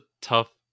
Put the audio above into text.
tough